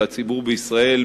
והציבור בישראל,